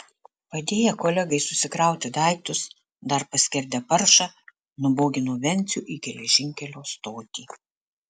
padėję kolegai susikrauti daiktus dar paskerdę paršą nubogino vencių į geležinkelio stotį